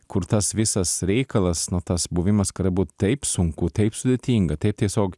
kur tas visas reikalas no tas buvimas kada buvo taip sunku taip sudėtinga taip tiesiog